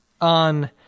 on